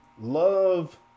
love